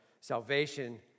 Salvation